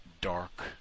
Dark